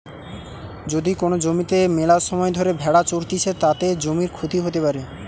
যদি কোন জমিতে মেলাসময় ধরে ভেড়া চরতিছে, তাতে জমির ক্ষতি হতে পারে